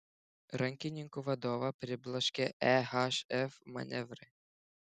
rankininkų vadovą pribloškė ehf manevrai